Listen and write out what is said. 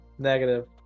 negative